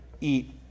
eat